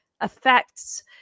affects